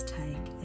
take